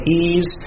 ease